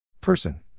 Person